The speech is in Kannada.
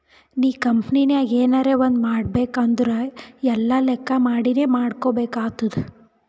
ನೀ ಕಂಪನಿನಾಗ್ ಎನರೇ ಒಂದ್ ಮಾಡ್ಬೇಕ್ ಅಂದುರ್ ಎಲ್ಲಾ ಲೆಕ್ಕಾ ಮಾಡಿನೇ ಮಾಡ್ಬೇಕ್ ಆತ್ತುದ್